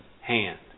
hand